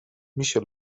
میشه